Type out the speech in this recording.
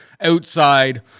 outside